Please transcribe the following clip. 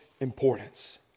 importance